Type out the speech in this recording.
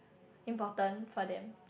important for them